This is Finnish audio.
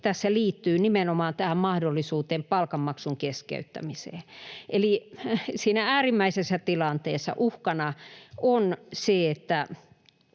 tässä liittyy nimenomaan mahdollisuuteen palkanmaksun keskeyttämiseen. Eli äärimmäisessä tilanteessa uhkana on, että